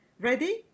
Ready